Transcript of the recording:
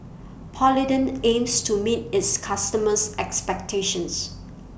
Polident aims to meet its customers' expectations